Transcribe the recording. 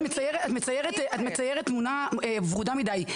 את מציירת תמונה ורודה מדי,